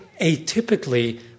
atypically